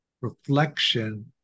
reflection